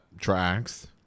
tracks